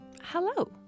Hello